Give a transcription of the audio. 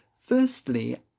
Firstly